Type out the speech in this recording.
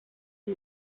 sie